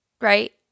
right